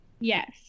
yes